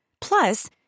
Plus